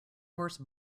horse